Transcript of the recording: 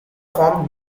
formed